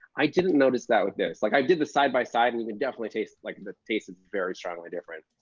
i didn't notice that with this. like i did the side-by-side, and you can definitely taste like the taste is very strongly different.